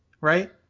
right